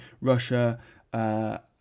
Russia